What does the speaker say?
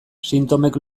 sintomek